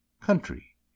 country